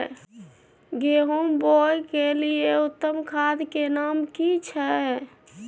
गेहूं बोअ के लिये उत्तम खाद के नाम की छै?